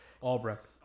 Albrecht